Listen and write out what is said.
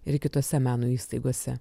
ir kitose meno įstaigose